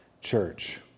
church